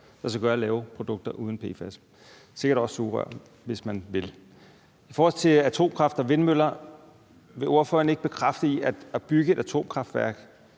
lade sig gøre at lave produkter uden PFAS, sikkert også sugerør, hvis man vil. I forhold til atomkraft og vindmøller: Vil ordføreren ikke bekræfte, at i byggeriet af et atomkraftværk